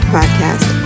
Podcast